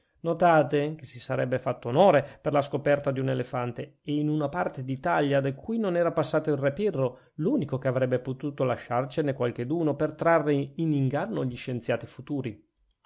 notate che si sarebbe fatto onore con la scoperta di un elefante e in una parte d'italia da cui non era passato il re pirro l'unico che avrebbe potuto lasciarcene qualcheduno per trarre in inganno gli scienziati futuri